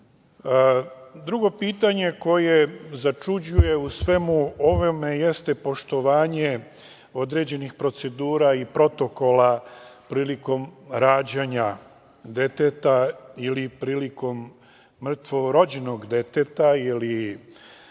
način. Drugo pitanje koje začuđuje u svemu ovome jeste poštovanje određenih procedura i protokola prilikom rađanja deteta ili prilikom mrtvorođenog deteta ili